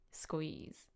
Squeeze